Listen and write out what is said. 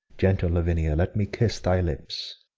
gentle lavinia, let me kiss thy lips,